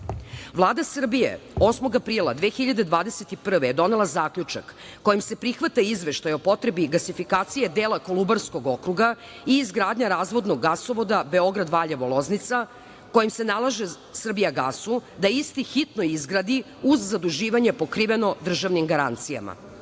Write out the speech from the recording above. itd. Vlada Srbije 8. aprila. 2021. godine je donela zaključak kojim se prihvata Izveštaj o potrebi gasifikacije dela Kolubarskog okruga i izgradnja razvodnog gasovoda Beograd-Valjevo-Loznica kojim se nalaže Srbijagasu da se isti hitno izgradi uz zaduživanje pokriveno državnim garancijama.